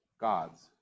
God's